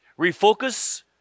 refocus